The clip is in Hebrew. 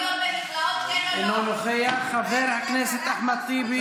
תודה, חבר, זאת הדורסנות שלכם.